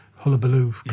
Hullabaloo